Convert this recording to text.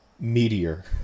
Meteor